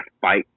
fight